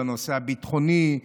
בנושא הביטחוני,